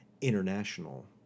international